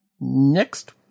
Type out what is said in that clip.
next